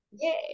Yay